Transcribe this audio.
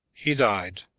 he died,